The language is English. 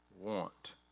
want